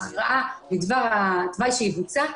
ההכרעה בדבר התוואי שיבוצע,